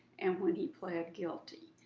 and when he pled guilty.